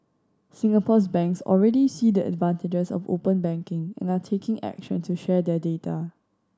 Singapore's banks already see the advantages of open banking and are taking action to share their data